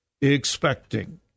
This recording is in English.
expecting